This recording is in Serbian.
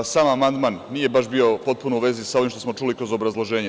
Sam amandman nije baš bio potpuno u vezi sa ovim što smo čuli kroz obrazloženje.